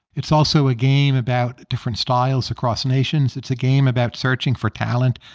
it's also a game about different styles across nations. it's a game about searching for talent.